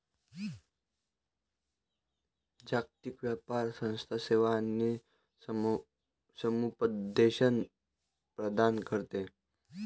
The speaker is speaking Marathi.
जागतिक व्यापार संस्था सेवा आणि समुपदेशन प्रदान करते